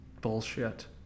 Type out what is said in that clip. bullshit